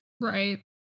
Right